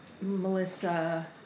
Melissa